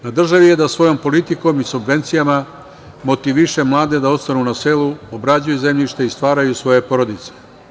Na državi je da svojom politikom i subvencijama motiviše mlade da ostanu na selu, obrađuju zemljište i stvaraju svoje porodice.